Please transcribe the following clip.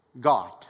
God